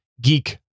geek